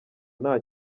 nta